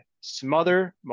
smother